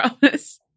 promise